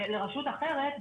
לרשות אחרת.